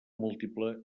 múltiple